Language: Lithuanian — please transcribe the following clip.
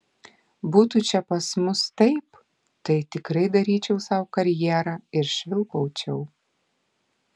būtų čia pas mus taip tai tikrai daryčiau sau karjerą ir švilpaučiau